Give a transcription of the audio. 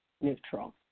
neutral